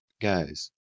guys